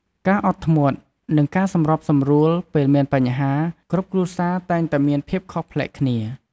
ការអត់ធ្មត់ និងការសម្របសម្រួលពេលមានបញ្ហា គ្រប់គ្រួសារតែងតែមានភាពខុសប្លែកគ្នា។